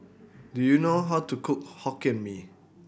do you know how to cook Hokkien Mee